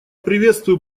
приветствую